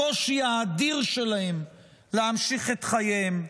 לקושי האדיר שלהם להמשיך את חייהם.